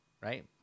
right